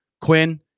Quinn